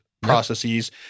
processes